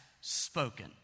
spoken